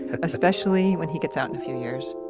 especially when he gets out in a few years.